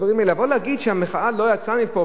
להגיד שהמחאה לא יצאה מפה,